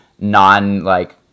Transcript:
non-like